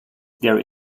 there